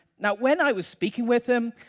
now when i was speaking with him,